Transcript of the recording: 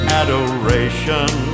adoration